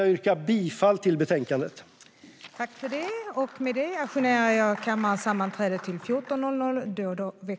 Jag yrkar bifall till utskottets förslag.